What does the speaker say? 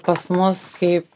pas mus kaip